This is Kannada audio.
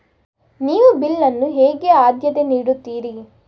ನೀವು ಬಿಲ್ ಅನ್ನು ಹೇಗೆ ಆದ್ಯತೆ ನೀಡುತ್ತೀರಿ?